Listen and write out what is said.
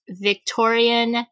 Victorian